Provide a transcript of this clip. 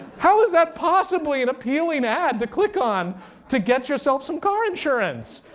how is that possibly an appealing ad to click on to get yourself some car insurance?